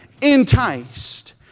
enticed